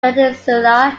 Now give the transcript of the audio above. peninsula